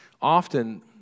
often